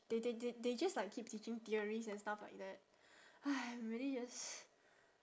they they they they just like keep teaching theories and stuff like that !hais! I'm really just